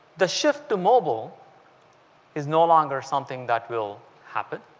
the shift to mobile is no longer something that will happen